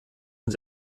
und